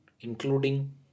including